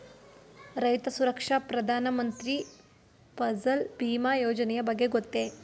ರೈತ ಸುರಕ್ಷಾ ಪ್ರಧಾನ ಮಂತ್ರಿ ಫಸಲ್ ಭೀಮ ಯೋಜನೆಯ ಬಗ್ಗೆ ಗೊತ್ತೇ?